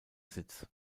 sitz